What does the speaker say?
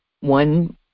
one